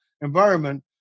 environment